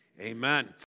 Amen